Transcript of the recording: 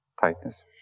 tightness